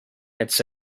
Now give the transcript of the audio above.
etc